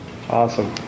Awesome